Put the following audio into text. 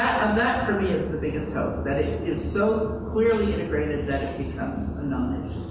that, for me, is the biggest hope. that it is so clearly integrated that it becomes a nonissue.